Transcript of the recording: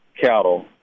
cattle